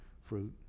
fruit